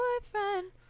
boyfriend